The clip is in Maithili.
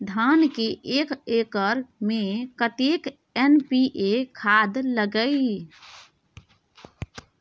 धान के एक एकर में कतेक एन.पी.ए खाद लगे इ?